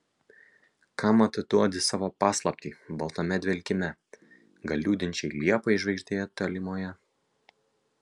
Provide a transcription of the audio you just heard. kam atiduodi savo paslaptį baltame dvelkime gal liūdinčiai liepai žvaigždėje tolimoje